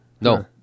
No